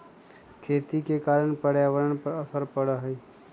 खेती के कारण पर्यावरण पर असर पड़ा हई